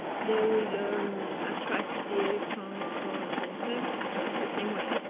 they will um attract the electrons towards themselves the same way.